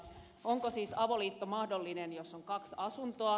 onko siis avoliitto mahdollinen jos on kaksi asuntoa